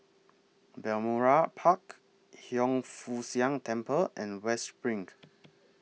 Balmoral Park Hiang Foo Siang Temple and West SPRING